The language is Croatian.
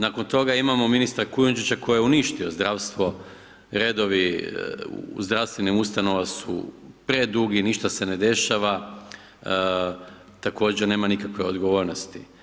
Nakon toga imamo ministra Kujundžića koji je uništio zdravstvo, redovi u zdravstvenim ustanovama su predugi, ništa se ne dešava, također nema nikakve odgovornosti.